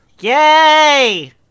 Yay